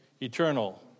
eternal